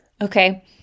Okay